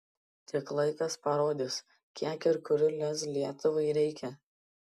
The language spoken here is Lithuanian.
tik laikas parodys kiek ir kurių lez lietuvai reikia